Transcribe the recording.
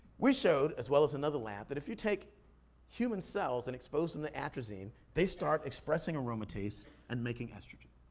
we showed, as well as another lab, that if you take human cells and expose them to atrazine, they start expressing aromatase and making estrogen.